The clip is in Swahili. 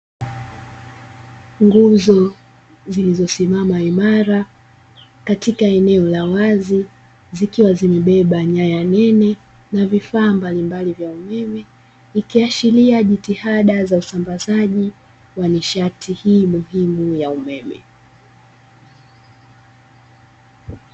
Nguzo zilizosimama imara katika eneo la wazi zikiwa zimebeba nyaya nene na vifaa mbalimbali vya umeme, ikiashiria jitihada za usambazaji wa nishati hii muhimu ya umeme.